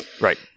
right